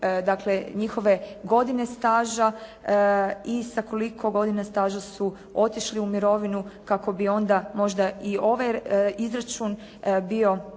njihove godine staža i sa koliko godina staža su otišli u mirovinu kako bi onda možda i ovaj izračun bio